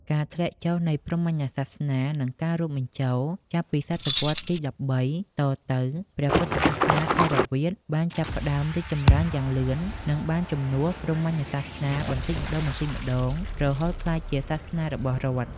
ការធ្លាក់ចុះនៃព្រហ្មញសាសនា និងការរួមបញ្ចូលចាប់ពីសតវត្សរ៍ទី ១៣ តទៅ ព្រះពុទ្ធសាសនាថេរវាទ បានចាប់ផ្ដើមរីកចម្រើនយ៉ាងលឿន និងបានជំនួសព្រហ្មញ្ញសាសនាបន្តិចម្ដងៗ រហូតក្លាយជាសាសនារបស់រដ្ឋ។